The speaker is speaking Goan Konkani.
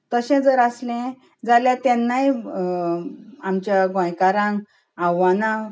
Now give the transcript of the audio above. तशें जर आसलें जाल्यार तेन्नाय आमच्या गोंयकारांक आव्हानां